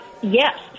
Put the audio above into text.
Yes